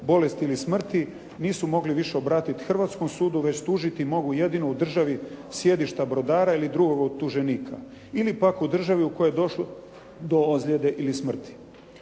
bolesti ili smrti nisu mogli više obratiti hrvatskom sudu, već tužiti mogu jedino u državi sjedišta brodara ili drugog optuženika, ili pak u državi u kojoj je došlo do ozljede ili smrti.